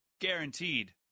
Guaranteed